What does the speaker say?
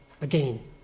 Again